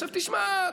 עכשיו, תשמע.